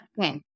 Okay